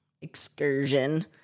excursion